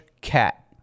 cat